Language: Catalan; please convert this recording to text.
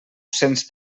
cents